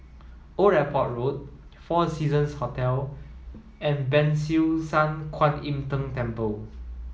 Old Airport Road Four Seasons Hotel and Ban Siew San Kuan Im Tng Temple